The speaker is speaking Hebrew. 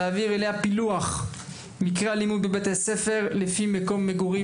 להעביר אליה פילוח על מקרי אלימות בבתי-ספר לפי מקום מגורים,